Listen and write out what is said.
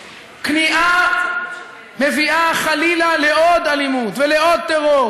כניעה מביאה, חלילה, לעוד אלימות ולעוד טרור.